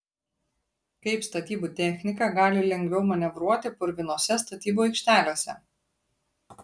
kaip statybų technika gali lengviau manevruoti purvinose statybų aikštelėse